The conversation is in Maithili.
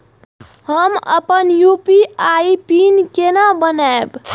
हम अपन यू.पी.आई पिन केना बनैब?